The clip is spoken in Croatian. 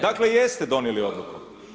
Dakle, jeste donijeli odluku.